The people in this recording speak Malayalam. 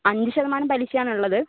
അഞ്ച് ശതമാനം പലിശയാണുള്ളത്